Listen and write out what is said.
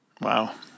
Wow